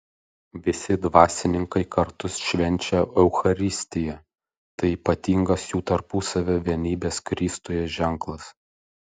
visi dvasininkai kartu švenčia eucharistiją tai ypatingas jų tarpusavio vienybės kristuje ženklas